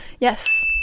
Yes